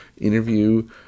interview